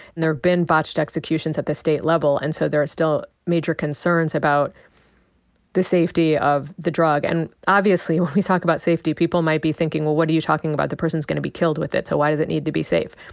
and there have been botched executions at the state level. and so there are still major concerns about the safety of the drug. and obviously when we talk about safety people might be thinking, well, what are you talking about? the person's gonna be killed with it. so why does it need to be safe?